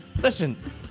Listen